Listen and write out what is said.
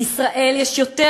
בישראל יש יותר,